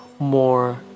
more